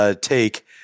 take